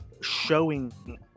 showing